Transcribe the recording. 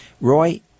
Roy